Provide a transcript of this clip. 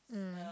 mm